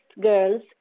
girls